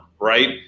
right